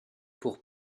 pour